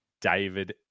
David